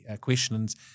questions